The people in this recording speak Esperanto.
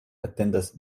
atendas